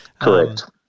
Correct